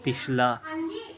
ਪਿਛਲਾ